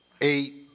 eight